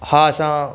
हा असां